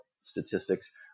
statistics